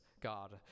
God